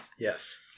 Yes